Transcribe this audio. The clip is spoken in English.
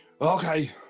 Okay